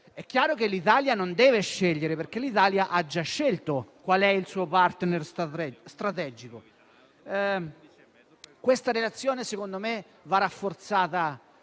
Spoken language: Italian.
È chiaro che l'Italia non deve scegliere, perché ha già scelto qual è il suo *partner* strategico. Questa relazione, secondo me, va rafforzata